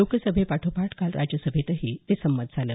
लोकसभेपाठोपाठ काल राज्यसभेतही ते संमत झालं